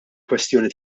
kwestjoni